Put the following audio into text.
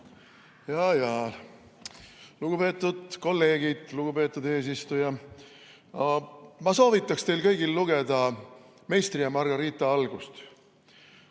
Jaa-jaa. Lugupeetud kolleegid! Lugupeetud eesistuja! Ma soovitaks teil kõigil lugeda "Meistri ja Margarita" algust,